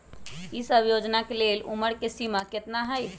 ई सब योजना के लेल उमर के सीमा केतना हई?